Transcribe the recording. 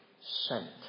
sent